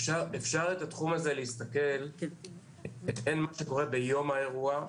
אפשר להסתכל על מה שקורה ביום האירוע,